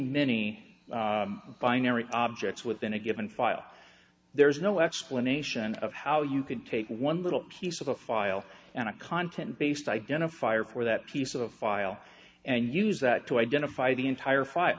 many binary objects within a given file there's no explanation of how you could take one little piece of a file and a content based identifier for that piece of a file and use that to identify the entire fi